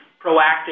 proactive